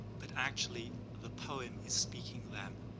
but, actually, the poem is speaking them,